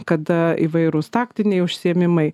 kada įvairūs taktiniai užsiėmimai